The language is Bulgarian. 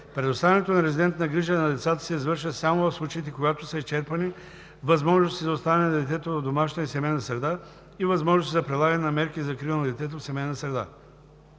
Предоставянето на резидентна грижа на децата се извършва само в случаите, когато са изчерпани възможностите за оставане на детето в домашна и семейна среда и възможностите за прилагане на мерки за закрила на детето в семейна среда.“